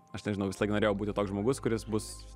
aš nežinau visalaik norėjau būti toks žmogus kuris bus